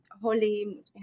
holy